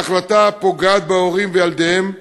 ההחלטה פוגעת בהורים ובילדיהם,